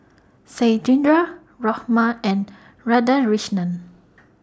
Satyendra Ramnath and Radhakrishnan